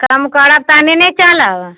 कम करब तहने ने चलब